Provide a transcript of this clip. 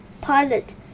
Pilot